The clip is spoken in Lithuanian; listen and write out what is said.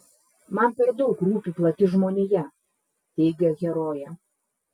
man per daug rūpi plati žmonija teigia herojė